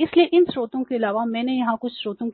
इसलिए इन स्रोतों के अलावा मैंने यहां कुछ स्रोतों